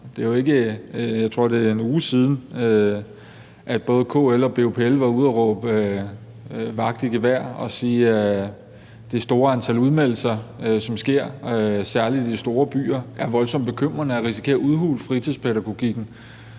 det er en uge siden, at både KL og BUPL var ude at råbe vagt i gevær og sige, at det store antal udmeldelser, som sker særlig i de store byer, er voldsomt bekymrende og risikerer at udhule fritidspædagogikken.